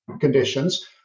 conditions